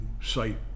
site